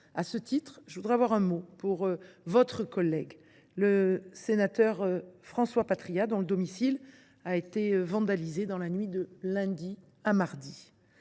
À ce titre, je voudrais avoir une pensée pour votre collègue, le sénateur Patriat, dont le domicile a été vandalisé dans la nuit de lundi à mardi.